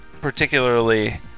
particularly